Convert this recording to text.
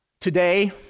Today